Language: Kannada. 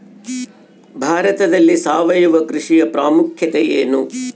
ಭಾರತದಲ್ಲಿ ಸಾವಯವ ಕೃಷಿಯ ಪ್ರಾಮುಖ್ಯತೆ ಎನು?